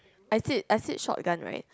I sit I sit shotgun right